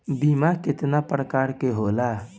बीमा केतना प्रकार के होला?